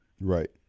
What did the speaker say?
right